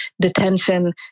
Detention